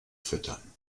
füttern